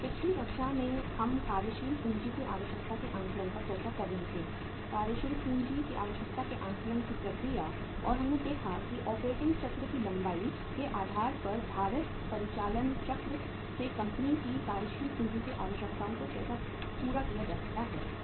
पिछली कक्षा में हम कार्यशील पूँजी की आवश्यकता के आकलन पर चर्चा कर रहे थे कार्यशील पूँजी की आवश्यकता के आकलन की प्रक्रिया और हमने देखा कि ऑपरेटिंग चक्र की लंबाई के आधार पर भारित परिचालन चक्र से कंपनी की कार्यशील पूँजी की आवश्यकताओं को कैसे पूरा किया जा सकता है